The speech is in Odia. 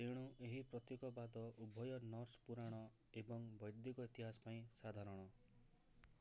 ତେଣୁ ଏହି ପ୍ରତୀକବାଦ ଉଭୟ ନର୍ସ ପୁରାଣ ଏବଂ ବୈଦିକ ଇତିହାସ ପାଇଁ ସାଧାରଣ